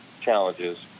challenges